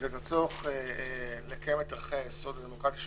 ואת הצורך לקיים את ערכי היסוד הדמוקרטי של